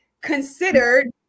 considered